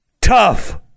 Tough